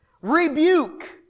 rebuke